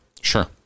Sure